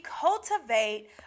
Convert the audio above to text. cultivate